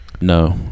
no